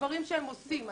דברים שהם עושים.